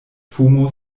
fumo